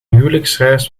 huwelijksreis